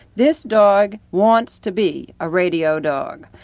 this dog wants to be a radio dog.